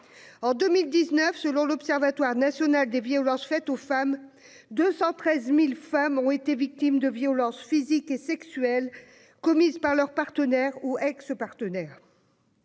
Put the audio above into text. En 2019, selon l'Observatoire national des violences faites aux femmes, 213 000 femmes ont été victimes de violences physiques et sexuelles commises par leur partenaire ou ex-partenaire.